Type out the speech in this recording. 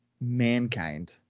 Mankind